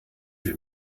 will